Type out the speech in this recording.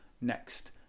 next